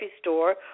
store